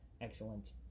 excellent